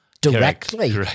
directly